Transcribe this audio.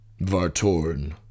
Vartorn